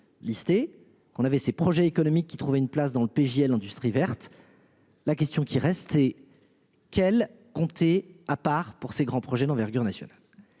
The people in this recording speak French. avait ses projets économiques qui, trouver une place dans le pays à l'industrie verte. La question qui reste et. Quel comptés à part pour ses grands projets d'envergure nationale.